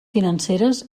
financeres